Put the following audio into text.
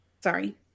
Sorry